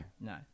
no